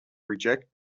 reject